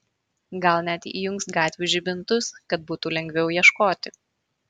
gal net įjungs gatvių žibintus kad būtų lengviau ieškoti